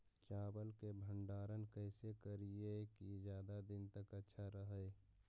चावल के भंडारण कैसे करिये की ज्यादा दीन तक अच्छा रहै?